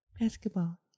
basketball